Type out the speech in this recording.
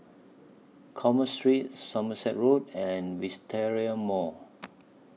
Commerce Street Somerset Road and Wisteria Mall